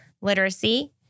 literacy